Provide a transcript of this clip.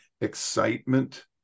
excitement